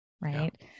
right